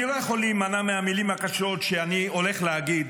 אני לא יכול להימנע מהמילים הקשות שאני הולך להגיד.